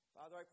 Father